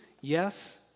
Yes